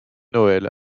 noël